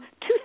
two